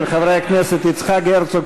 של חברי הכנסת יצחק הרצוג,